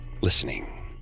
listening